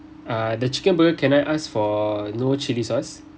uh the chicken burger can I ask for no chili sauce